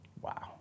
Wow